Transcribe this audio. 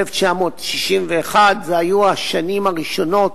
אלה היו השנים הראשונות,